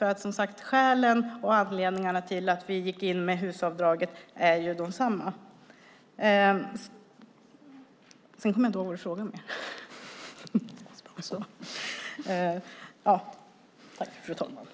För, som sagt, skälen och anledningarna till att vi gick in med HUS-avdraget är ju desamma. Sedan kommer jag inte ihåg vad du frågade mer.